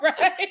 right